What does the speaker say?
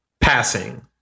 passing